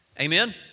Amen